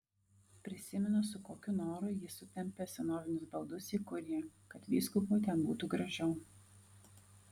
prisimenu su kokiu noru jis sutempė senovinius baldus į kuriją kad vyskupui ten būtų gražiau